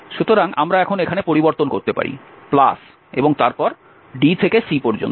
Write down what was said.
সুতরাং আমরা এখন এখানে পরিবর্তন করতে পারি প্লাস এবং তারপর d থেকে c পর্যন্ত